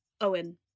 Owen